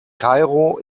kairo